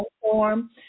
form